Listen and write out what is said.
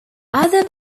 other